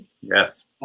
Yes